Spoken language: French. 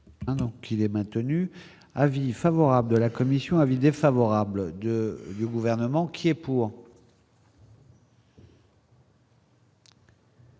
Donc il est maintenu : avis favorable de la commission avis défavorable du gouvernement qui est pour.